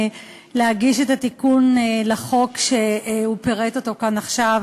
להגיש את התיקון לחוק שהוא פירט כאן עכשיו.